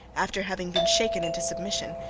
after having been shaken into submission,